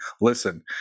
listen